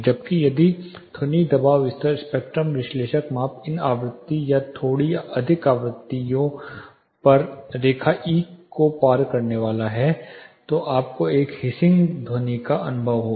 जबकि यदि आपका ध्वनि दबाव स्तर स्पेक्ट्रम विश्लेषक माप इन आवृत्तियों या थोड़ी अधिक आवृत्तियों पर रेखा E को पार करने वाला है तो आपको एक हिसिंग ध्वनि का अनुभव होगा